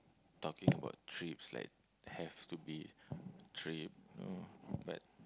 talking about trips like have to be trip no but